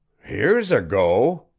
here's a go!